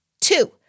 Two